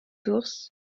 sources